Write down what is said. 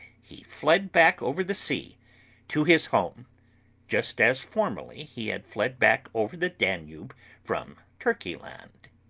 he fled back over the sea to his home just as formerly he had fled back over the danube from turkey land.